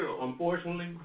unfortunately